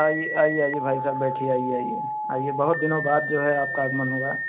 आइए आइए आइए भाईसाहब बैठिए आइए आइए आइए बहुत दिनों बाद जो है आपका आगमन हुआ